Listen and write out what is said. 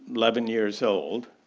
eleven years old.